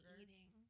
eating